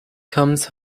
comes